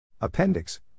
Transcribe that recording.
Appendix